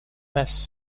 best